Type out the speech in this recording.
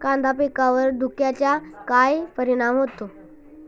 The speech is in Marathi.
कांदा पिकावर धुक्याचा काय परिणाम होतो?